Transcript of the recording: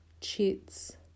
chits